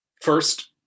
First